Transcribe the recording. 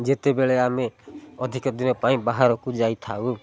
ଯେତେବେଳେ ଆମେ ଅଧିକ ଦିନ ପାଇଁ ବାହାରକୁ ଯାଇଥାଉ